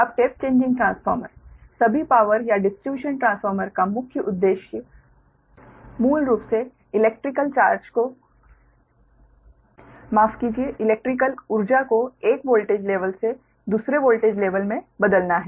अब tap changing transformer सभी power या डिस्ट्रीब्यूशन ट्रांसफ़ॉर्मर का मुख्य उद्देश्य मूल रूप से इलेक्ट्रिकल ऊर्जा को एक वोल्टेज लेवल से दूसरे वोल्टेज लेवल में बदलना है